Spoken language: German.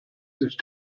sich